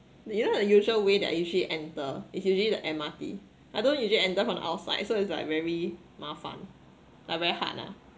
you know the usual way that I usually enter it's usually the M_R_T I don't usually enter from the outside so it's like very 麻烦 like very hard ah